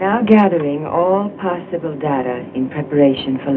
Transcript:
now getting all possible data in preparation for